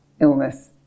illness